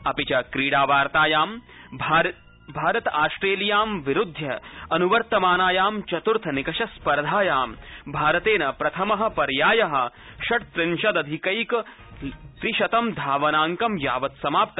अपि च क्रीडावार्तायाम् ऑस्ट्रेलियां विरूध्य अनुवर्तमानायां चत्र्थ निकषस्पर्धायां भारतेन प्रथमपर्याय षड्त्रिंशतथिक त्रिशतं धावनाड्क यावत् समाप्त